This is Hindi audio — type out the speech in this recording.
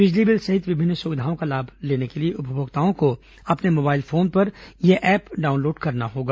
बिजली बिल सहित विभिन्न सुविधाओं का लाभ लेने के लिए उपभोक्ताओं को अपने मोबाइल फोन पर यह ऐप डाउनलोड करना होगा